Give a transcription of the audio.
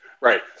Right